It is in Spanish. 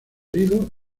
heridos